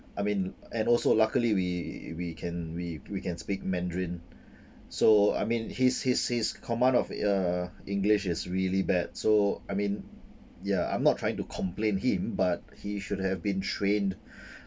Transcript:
I mean and also luckily we we can we we can speak mandarin so I mean his his his command of uh english is really bad so I mean ya I'm not trying to complain him but he should have been trained